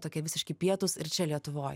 tokie visiški pietūs ir čia lietuvoj